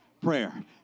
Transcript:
prayer